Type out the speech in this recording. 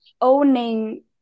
owning